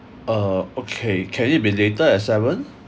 uh okay can it be later at seven